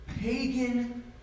Pagan